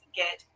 get